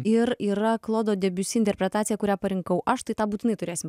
ir yra klodo debiusi interpretacija kurią parinkau aš tai ką būtinai turėsim